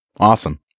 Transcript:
Awesome